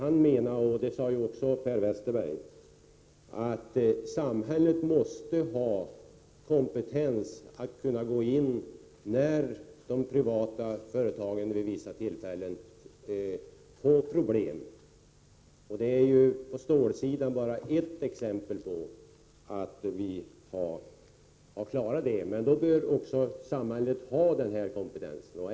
Han menar, och det sade också Per Westerberg, att samhället måste ha kompetens att gå in när de privata företagen vid vissa tillfällen får problem. Stålsidan är bara ett exempel på att vi har klarat det. Men då bör också samhället behålla den kompetensen.